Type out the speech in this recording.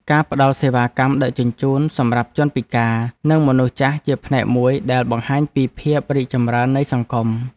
ការផ្តល់សេវាកម្មដឹកជញ្ជូនសម្រាប់ជនពិការ និងមនុស្សចាស់ជាផ្នែកមួយដែលបង្ហាញពីភាពរីកចម្រើននៃសង្គម។